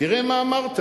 תראה מה אמרת: